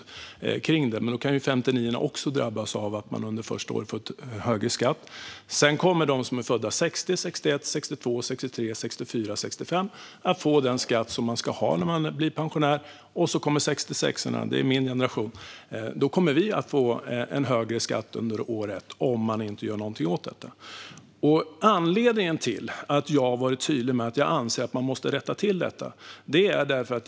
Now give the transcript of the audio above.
Sedan kommer de som är födda 1960, 1961, 1962, 1963, 1964 och 1965 att få betala den skatt som man ska ha när man blir pensionär. Medan 66:orna, min generation, kommer att få betala högre skatt under första året, om det inte görs något åt detta. Det finns en anledning till att jag har varit tydlig med att detta måste rättas till.